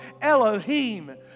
Elohim